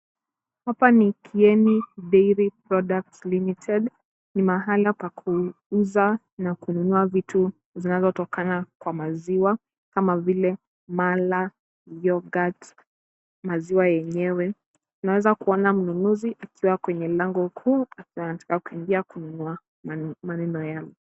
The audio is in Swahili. Hapa ni Kieni Dairy Products Limited. Ni mahala pa kuuza na kununua vitu zinazotokana kwa maziwa, kama vile; mala, yorghut ,maziwa yenyewe. Unaweza kuona mnunuzi akiwa kwenye lango kuu, akiwa anataka kuingia kununua maneno yale.